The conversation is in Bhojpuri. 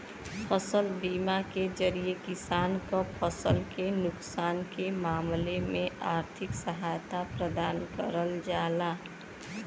फसल बीमा के जरिये किसान क फसल के नुकसान के मामले में आर्थिक सहायता प्रदान करल जाला